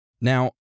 Now